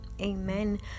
amen